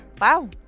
Wow